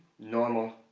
normal.